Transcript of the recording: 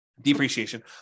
depreciation